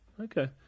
Okay